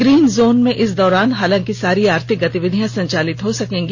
green zone में इस दौरान हालांकि सारी आर्थिक गतिविधियाँ संचालित हो सकेंगी